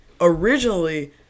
originally